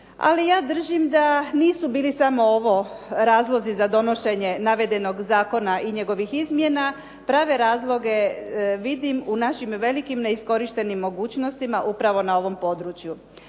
Ali ja držim da nisu bili samo ovo razlozi za donošenje navedenog zakona i njegovih izmjena. Prave razloge vidim u našim velikim neiskorištenim mogućnosti, upravo na ovom području.